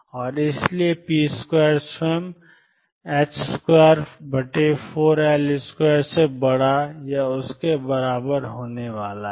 और इसलिए p2 स्वयं 24L2 से बड़ा या उसके बराबर होने वाला है